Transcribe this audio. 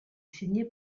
signée